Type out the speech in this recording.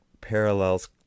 parallels